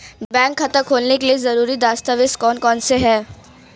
Bank खाता खोलने के लिए ज़रूरी दस्तावेज़ कौन कौनसे हैं?